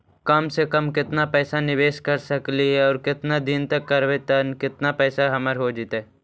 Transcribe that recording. कम से कम केतना पैसा निबेस कर सकली हे और केतना दिन तक करबै तब केतना पैसा हमर हो जइतै?